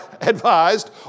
advised